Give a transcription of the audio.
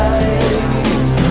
Rise